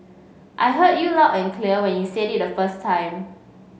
I heard you loud and clear when you said it the first time